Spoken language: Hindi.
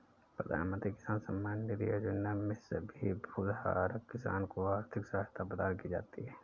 प्रधानमंत्री किसान सम्मान निधि योजना में सभी भूधारक किसान को आर्थिक सहायता प्रदान की जाती है